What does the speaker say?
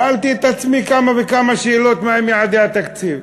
שאלתי את עצמי כמה וכמה שאלות: מה הם יעדי התקציב?